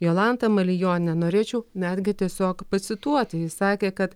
jolantą malijonę nenorėčiau netgi tiesiog pacituoti ji sakė kad